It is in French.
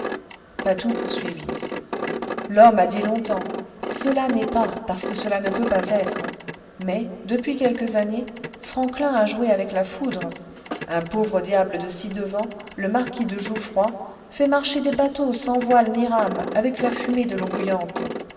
patou poursuivit l'homme a dit longtemps cela n'est pas parce que cela ne peut pas être mais depuis quelques années franklin a joué avec la foudre un pauvre diable de ci-devant le marquis de jouffroy fait marcher des bateaux sans voile ni rames avec la fumée de l'eau bouillante